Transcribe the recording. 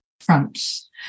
fronts